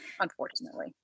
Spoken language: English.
Unfortunately